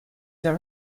the